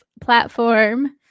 platform